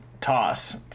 Toss